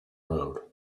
road